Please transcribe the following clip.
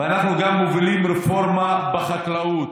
ואנחנו גם מובילים רפורמה בחקלאות.